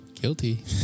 Guilty